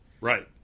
Right